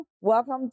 Welcome